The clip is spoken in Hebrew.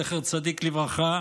זכר צדיק לברכה,